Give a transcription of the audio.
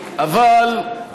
אבל,